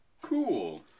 Cool